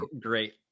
great